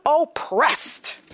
oppressed